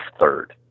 third